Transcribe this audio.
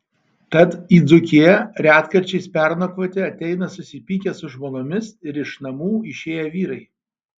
tad į dzūkiją retkarčiais pernakvoti ateina susipykę su žmonomis ir iš namų išėję vyrai